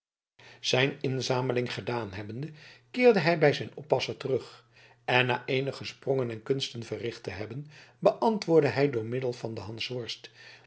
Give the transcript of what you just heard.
zijn inzameling gedaan hebbende keerde hij bij zijn oppasser terug en na eenige sprongen en kunsten verricht te hebben beantwoordde hij door middel van den